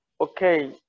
okay